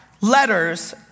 letters